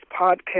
podcast